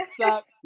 stop